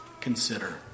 consider